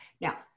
Now